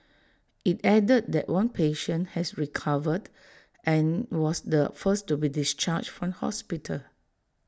IT added that one patient has recovered and was the first to be discharged from hospital